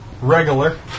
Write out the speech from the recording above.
regular